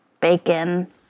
bacon-